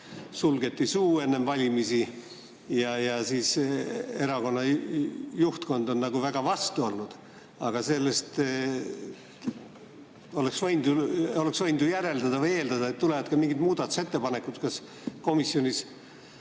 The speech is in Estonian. sulgeti suu enne valimisi, ja erakonna juhtkond on väga vastu olnud. Aga sellest oleks võinud ju järeldada või eeldada, et tulevad ka mingid muudatusettepanekud. Kas komisjonis